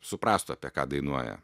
suprastų apie ką dainuoja